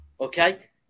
Okay